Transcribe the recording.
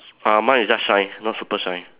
uh mine is just shine not super shine